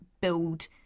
build